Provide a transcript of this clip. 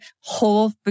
whole